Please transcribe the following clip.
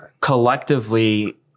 collectively